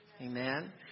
Amen